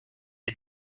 est